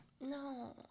No